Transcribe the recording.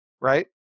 right